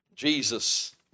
Jesus